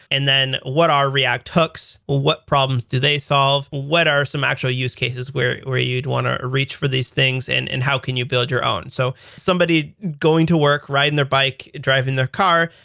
and then what are react hooks? what problems do they solve? what are some actual use cases where where you'd want to reach for these things and and how can you build your own? so somebody going to work, riding their bike, driving their car,